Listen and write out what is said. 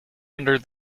under